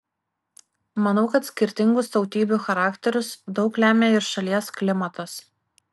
manau kad skirtingus tautybių charakterius daug lemia ir šalies klimatas